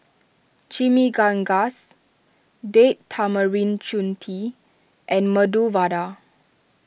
Chimichangas Date Tamarind and Medu Vada